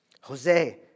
Jose